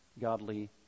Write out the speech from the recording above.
godly